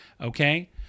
Okay